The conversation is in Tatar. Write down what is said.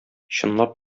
чынлап